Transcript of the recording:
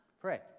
pray